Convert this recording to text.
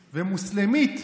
ומוסלמית.